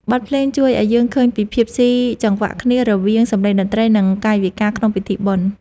បទភ្លេងជួយឱ្យយើងឃើញពីភាពស៊ីចង្វាក់គ្នា រវាងសំឡេងតន្ត្រី និងកាយវិការក្នុងពិធីបុណ្យ។